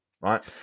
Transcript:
right